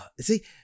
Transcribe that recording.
See